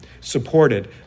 supported